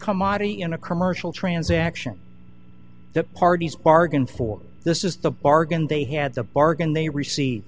comedy in a commercial transaction the parties bargain for this is the bargain they had the bargain they receive